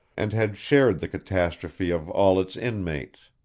and had shared the catastrophe of all its inmates.